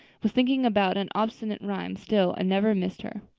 was thinking about an obstinate rhyme still and never missed her.